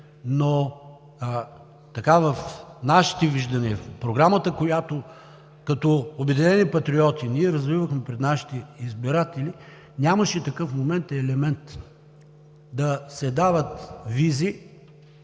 Но в нашите виждания, в Програмата, която като „Обединени патриоти“ развивахме пред нашите избиратели, нямаше такъв момент да се дават визи